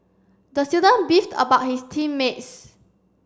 the student beefed about his team mates